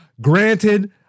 Granted